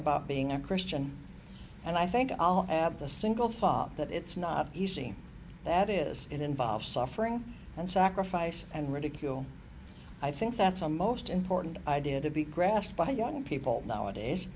about being a christian and i think i'll have the single thought that it's not easy that is it involves suffering and sacrifice and ridicule i think that's a most important idea to be grasped by young people nowadays